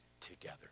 together